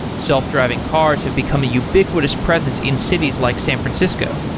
self-driving cars have become a ubiquitous presence in cities like san francisco.